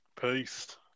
Peace